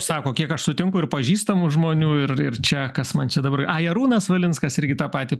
sako kiek aš sutinku ir pažįstamų žmonių ir ir čia kas man čia dabar aj arūnas valinskas irgi tą patį